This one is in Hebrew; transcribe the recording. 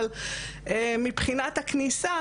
אבל מבחינת הכניסה,